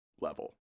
level